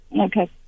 Okay